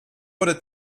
wurde